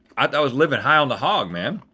i was living high on the hog, man.